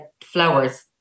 flowers